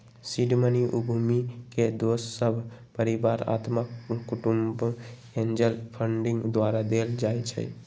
seed money उद्यमी के दोस सभ, परिवार, अत्मा कुटूम्ब, एंजल फंडिंग द्वारा देल जाइ छइ